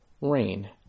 rain